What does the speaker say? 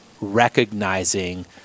recognizing